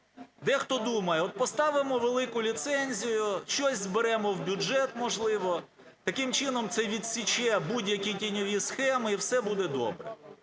Дехто думає, от поставимо велику ліцензію, щось зберемо в бюджет, можливо. Таким чином це відсіче будь-які тіньові схеми і все буде добре.